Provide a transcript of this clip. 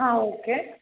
ಹಾಂ ಓಕೆ